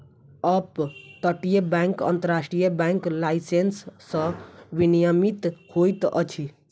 up तटीय bank अन्तर्राष्ट्रीय bank licence सॅ विनियमित होइत अछि